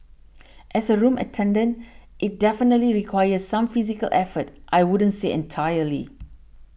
as a room attendant it definitely requires some physical effort I wouldn't say entirely